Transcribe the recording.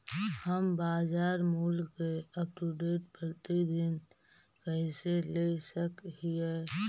हम बाजार मूल्य के अपडेट, प्रतिदिन कैसे ले सक हिय?